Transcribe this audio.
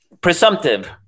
presumptive